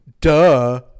Duh